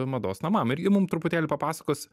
mados namam ir ji mum truputėlį papasakos